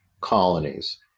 colonies